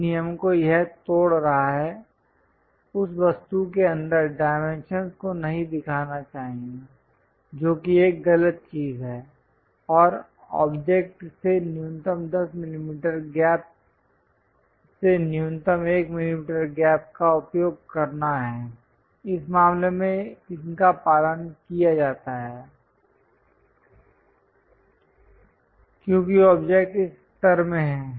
जिस नियम को यह तोड़ रहा है उस वस्तु के अंदर डाइमेंशंस को नहीं दिखाना चाहिए जो कि एक गलत चीज है और ऑब्जेक्ट से न्यूनतम 10 मिलीमीटर गैप से न्यूनतम 1 मिलीमीटर गैप का उपयोग करना है इस मामले में इनका पालन किया जाता है क्योंकि ऑब्जेक्ट इस स्तर में है